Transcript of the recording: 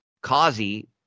Kazi